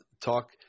talk